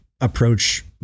approach